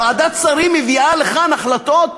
ועדת שרים מביאה לכאן החלטות,